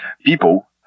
people